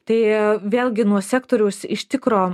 tai vėlgi nuo sektoriaus iš tikro